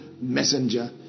messenger